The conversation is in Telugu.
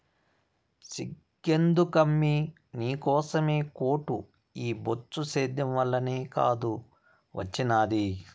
సిగ్గెందుకమ్మీ నీకోసమే కోటు ఈ బొచ్చు సేద్యం వల్లనే కాదూ ఒచ్చినాది